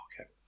Okay